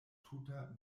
tuta